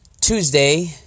Tuesday